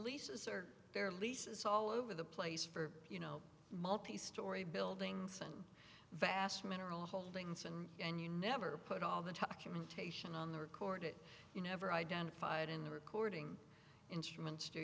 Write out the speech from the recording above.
leases or their leases all over the place for you know multi story buildings and vast mineral holdings and and you never put all the truck imitation on the record it you never identified in the recording instruments